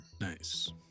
Nice